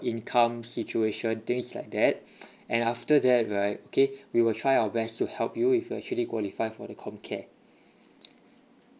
income situation things like that and after that right okay we will try our best to help you if you actually qualified for the comcare